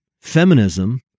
feminism